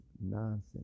nonsense